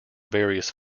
various